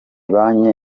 banki